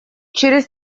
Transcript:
через